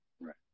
Right